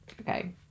Okay